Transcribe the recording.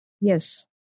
Yes